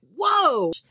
whoa